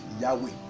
Yahweh